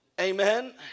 Amen